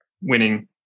winning